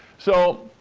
so,